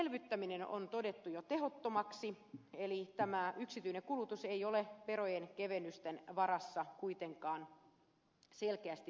elvyttäminen on todettu jo tehottomaksi eli tämä yksityinen kulutus ei ole verojen kevennysten varassa kuitenkaan selkeästi lisääntynyt